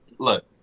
Look